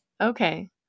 Okay